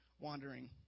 wandering